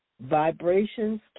vibrations